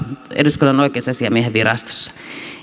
eduskunnan oikeusasiamiehen virastossa